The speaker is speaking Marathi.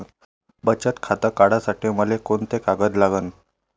बचत खातं काढासाठी मले कोंते कागद लागन?